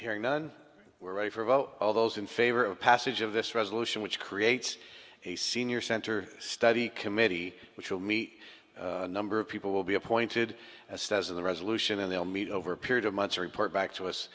hearing then we're ready for about all those in favor of passage of this resolution which creates a senior center study committee which will meet a number of people will be appointed as says in the resolution and they'll meet over a period of months or report back to us